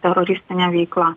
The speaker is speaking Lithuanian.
teroristine veikla